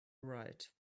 right